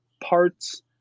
parts